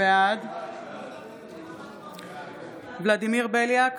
בעד ולדימיר בליאק,